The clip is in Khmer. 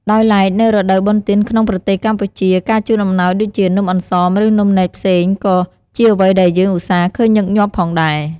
ដោយឡែក នៅរដូវបុណ្យទានក្នុងប្រទេសកម្ពុជា ការជូនអំណោយដូចជា នំអង្សម ឬ នំនែកផ្សេង ក៏ជាអ្វីដែលយើងឧស្សាហ៍ឃើញញឹកញាប់ផងដែរ។